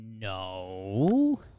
No